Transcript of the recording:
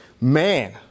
man